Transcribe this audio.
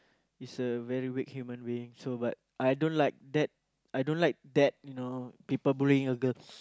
is a very weak human being so but I don't like that I don't like that you know people bullying a girl